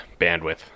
bandwidth